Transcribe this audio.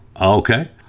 okay